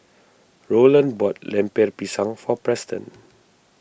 Rowland bought Lemper Pisang for Preston